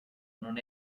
non